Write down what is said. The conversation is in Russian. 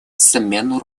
смену